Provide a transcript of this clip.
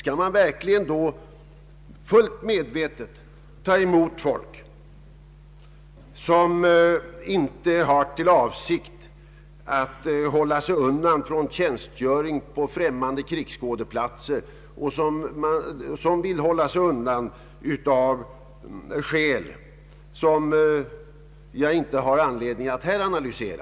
Skall vi verkligen fullt medvetet ta emot folk, som inte har för avsikt att hålla sig undan från tjänstgöring på främmande krigsskådeplatser utan som vill hålla sig undan av skäl vilka jag inte har anledning att här analysera?